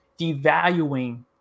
devaluing